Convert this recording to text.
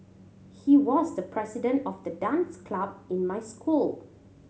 he was the president of the dance club in my school